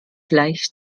leicht